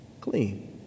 clean